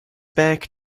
back